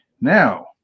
Now